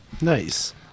nice